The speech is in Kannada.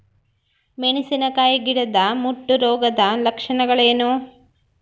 ಮೆಣಸಿನಕಾಯಿ ಗಿಡದ ಮುಟ್ಟು ರೋಗದ ಲಕ್ಷಣಗಳೇನು?